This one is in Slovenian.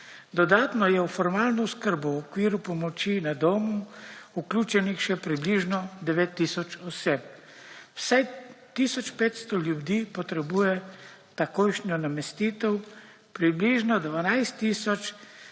Dodatno je v formalno oskrbo v okviru pomoči na domu vključenih še približno 9 tisoč oseb. Vsaj 1500 ljudi potrebuje takojšnjo namestitev, približno 12